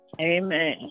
amen